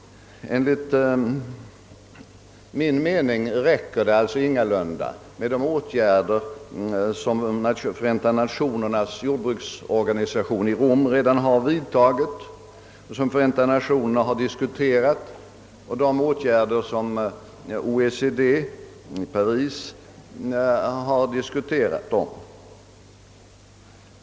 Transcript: Enligt min mening räcker det allså ingalunda med de åtgärder som Förenta Nationernas jordbruksorganisation i Rom redan har vidtagit och de som Förenta Nationerna har diskuterat. De åtgärder som OECD i Paris har diskuterat är inte heller tillräckliga.